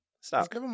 Stop